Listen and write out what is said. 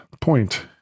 point